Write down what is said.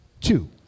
two